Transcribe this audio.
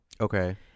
Okay